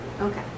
Okay